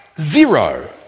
Zero